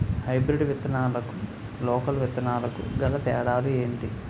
Hybrid విత్తనాలకు local విత్తనాలకు గల తేడాలు ఏంటి?